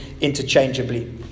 interchangeably